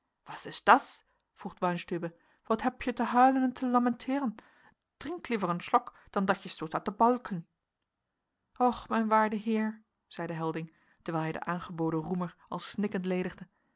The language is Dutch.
wat ist das vroeg weinstübe wat hebje te hijlen und te lamenteeren trink liever een schlok dan dat je zoo staat te balken och mijn waarde heer zeide helding terwijl hij den aangeboden roemer al snikkend ledigde